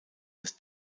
des